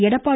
Edappadi